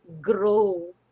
grow